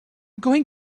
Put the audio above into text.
going